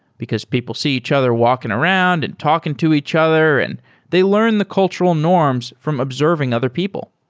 because people see each other walking around and talking to each other, and they learn the cultural norms from observing other people.